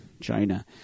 China